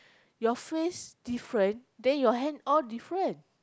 your face different then your hand all different